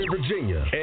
Virginia